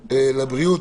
למשרד הבריאות,